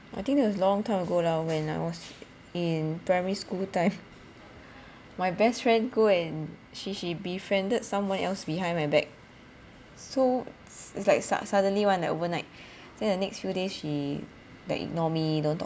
I think that was long time ago lah when I was in primary school time my best friend go and she she befriended someone else behind my back so it's like sudd~ suddenly one overnight then the next few days she like ignore me don't talk